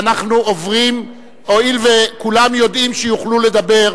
הואיל וכולם יודעים שיוכלו לדבר,